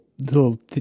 little